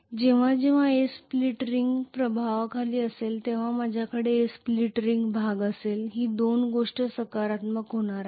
जेव्हा जेव्हा A split रिंगच्या प्रभावाखाली असेल तेव्हा माझ्याकडे A चा स्प्लिट रिंग भाग असेल या दोन्ही गोष्टी सकारात्मक होणार आहेत